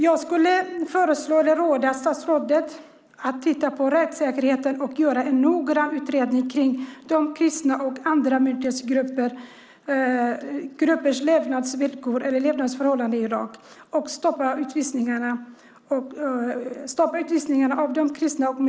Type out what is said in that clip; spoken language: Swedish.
Jag skulle vilja föreslå eller råda statsrådet att titta på rättssäkerheten och göra en noggrann utredning kring de kristnas och andra minoritetsgruppers levnadsvillkor i Irak och stoppa utvisningarna av dem.